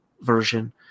version